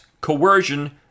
coercion